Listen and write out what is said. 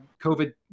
COVID